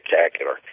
spectacular